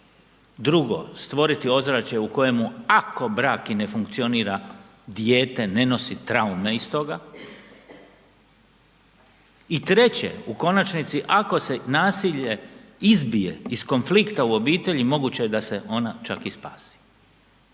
drugo, stvoriti ozračje u kojemu ako brak i ne funkcionira dijete ne nosi traume iz toga i treće u konačnici, ako se nasilje izbije iz konflikta u obitelji moguće je da se ona čak i spasi.